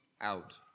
out